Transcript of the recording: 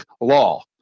law